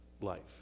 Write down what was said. Life